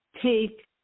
take